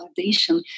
validation